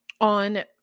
on